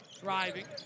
Driving